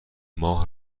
ماه